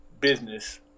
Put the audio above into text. business